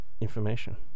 information